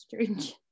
strange